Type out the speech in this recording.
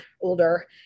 older